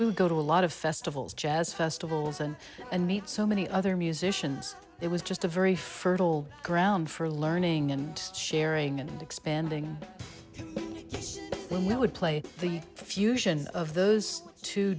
to go to a lot of festivals jazz festivals and and meet so many other musicians it was just a very fertile ground for learning and sharing and expanding would play the fusion of those two